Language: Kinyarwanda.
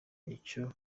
icyo